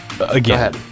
Again